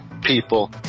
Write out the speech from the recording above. people